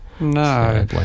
No